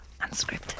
Unscripted